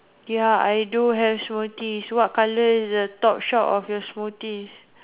ya I do have smoothies what colour is the top shop of your smoothies